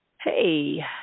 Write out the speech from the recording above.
Hey